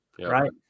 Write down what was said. right